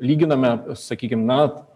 lyginame sakykim na